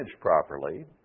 properly